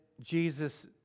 Jesus